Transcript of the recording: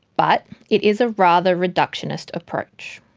but it is a rather reductionist approach.